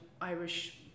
Irish